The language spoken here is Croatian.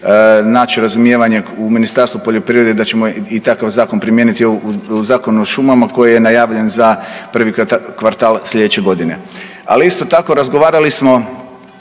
naći razumijevanje u Ministarstvu poljoprivrede i da ćemo i takav zakon primijeniti u Zakon o šumama koji je najavljen za prvi kvartal slijedeće godine. Ali isto tako razgovarali smo